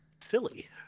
silly